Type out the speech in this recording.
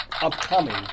upcoming